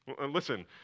Listen